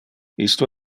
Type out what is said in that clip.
isto